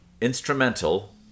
instrumental